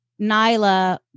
Nyla